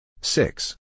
Six